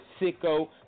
sicko